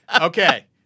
Okay